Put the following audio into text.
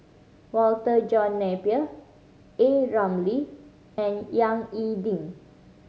Walter John Napier A Ramli and Yang E Ding